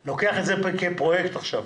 אני לוקח את זה כפרויקט עכשיו.